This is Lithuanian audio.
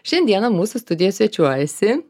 šiandieną mūsų studijoj svečiuojasi